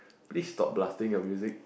please stop blasting your music